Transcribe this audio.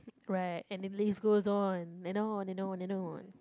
right and the list goes on and on and on and on